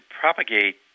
propagate